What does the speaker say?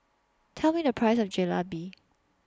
Tell Me The Price of Jalebi